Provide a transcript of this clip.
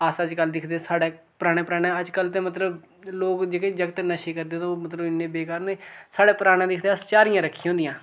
अस अज्जकल दिखदे साढ़े पराने पराने अज्जकल ते मतलब लोक जेह्के जागत नशे करदे ते ओह् मतलब इन्ने बेकार नी साढ़े पराने दिखदे अस झारियां रक्खी दियां होन्दियां हियां